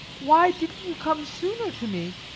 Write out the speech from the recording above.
why didn't you come sooner to me?